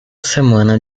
semana